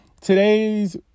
today's